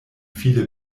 viele